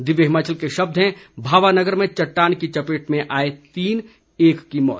दिव्य हिमाचल के शब्द हैं भावानगर में चट्टान की चपेट में आए तीन एक की मौत